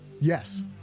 Yes